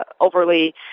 overly